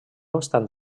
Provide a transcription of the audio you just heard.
obstant